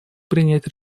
принять